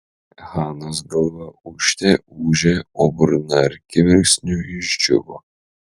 hanos galva ūžte ūžė o burna akimirksniu išdžiūvo